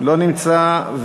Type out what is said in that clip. לא נמצא.